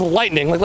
lightning